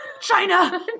China